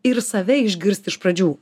ir save išgirst iš pradžių